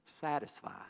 satisfied